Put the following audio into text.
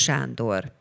Sándor